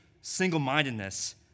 single-mindedness